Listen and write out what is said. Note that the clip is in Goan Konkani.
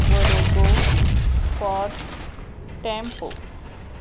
वरेगो फोर्ड टॅम्पो